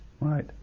right